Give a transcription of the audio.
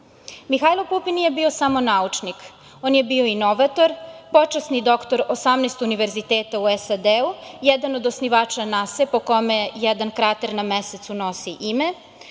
vlasti. Mihajlo Pupin nije bio samo naučnik, on je bio inovator, počasni doktor 18 univerziteta u SAD, jedan od osnivača NASE po kome jedan krater na Mesecu nosi ime,